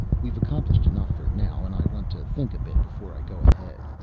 we've accomplished enough for now and i want to think a bit before i go ahead.